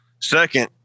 Second